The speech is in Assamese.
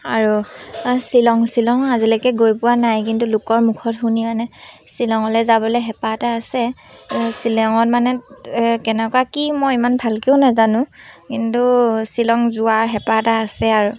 আৰু শ্বিলং শ্বিলং আজিলৈকে গৈ পোৱা নাই কিন্তু লোকৰ মুখত শুনি মানে শ্বিলঙলৈ যাবলৈ হেঁপাহ এটা আছে শ্বিলঙত মানে কেনেকুৱা কি মই ইমান ভালকেও নাজানো কিন্তু শ্বিলং যোৱাৰ হেঁপাহ এটা আছে আৰু